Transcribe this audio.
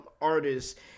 artists